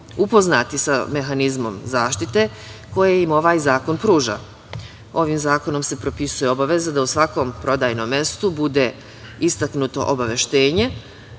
upoznati sa mehanizmom zaštite koju im ovaj zakon pruža. Ovim zakonom se propisuje obaveza da u svakom prodajnom mestu bude istaknuto obaveštenje